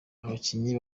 abakinnyi